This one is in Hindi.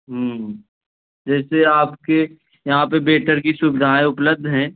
हम्म जैसे आपके यहाँ पे वेटर की सुविधाएँ उपलब्ध हैं